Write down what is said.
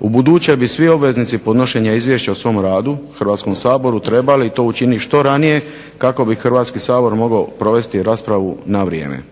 Ubuduće bi svi obveznici podnošenja izvješća o svom radu Hrvatskom saboru trebali to učiniti što ranije kako bi Hrvatski sabor mogao provesti raspravu na vrijeme.